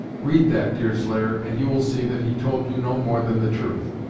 read that, deerslayer, and you will see that he told you no more than the truth.